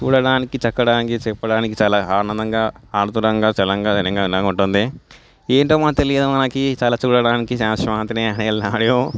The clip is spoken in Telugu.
చూడడానికి చెప్పడానికి చెప్పడానికి చాలా ఆనందంగా ఉంటుంది